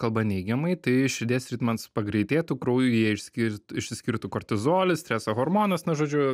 kalba neigiamai tai širdies ritmens pagreitėtų kraujyje išskirt išsiskirtų kortizolis streso hormonas na žodžiu